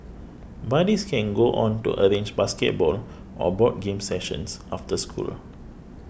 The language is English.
buddies can go on to arrange basketball or board games sessions after school